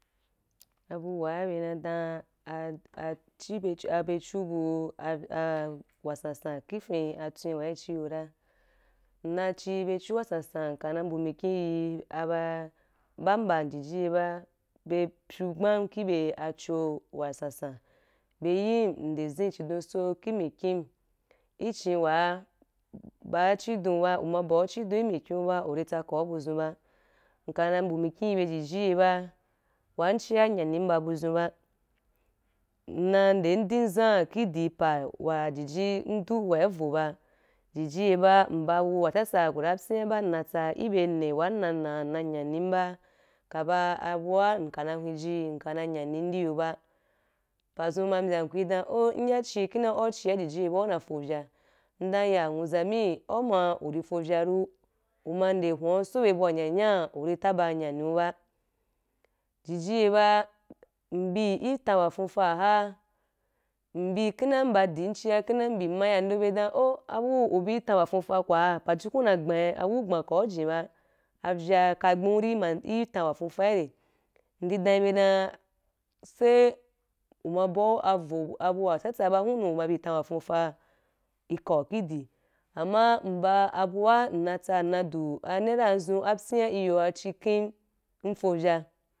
Abu wa be na dan ka abedu bu wasansan ki fintwen wa i chi yo ra, nna chi bechu wasansan, nka na mbu mikhi ye ba nbam jiji ye ba be pye gban ki be achu wasansan, be yin nde zen chidon so ki mikhi, i chi wa, ba’a chidon ba, uma bua achidon imikhi’u ba, uri tsaka’a buzon ba, nka na mbu mikhi ye be jiji ye ba wan chiya nyani ba buzun ba. Nna nde din zan idin pa wa jiji ndu abu wa voh ba, jiji ye ba, nba bu watsa tsa ku da pyi ba nnatsa ibe ni wa ina nan, nna nyani ba. Ka ba abu wa ka na wenji nkɛ na nyani iyo ba. Pazu ma mbya ku-yì dan “oh” iya chi kina au chi ya, ijiji ye ba una fovya indan aya, nwuza mi au’ma uri fovya ro, una nde hweh so be abu wa nyanya uri “tsaba” nyani ba jiji ye ba nbi itan wa fon fa ha, nbi kinda ba din chi ya, kin dan bi, nma yan ndo be dan “oh” abu ubi tan wa fon fa ku wu? Pajukun na gbai bu ugbai ka’u igin bu, avya kagbe- itan wa fon fa’i re? Nde dan yi be dan, sai uma ba avoa bu watsatsa ba, gunu uma bi tan wa fon fa ikau ndi, amma nba abuwa nna tsa na du anara anzu, apui’a iyo’u cin ken nfovya.